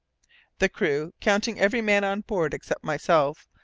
the crew, counting every man on board except myself,